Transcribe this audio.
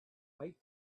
might